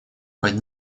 под